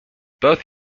both